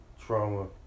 trauma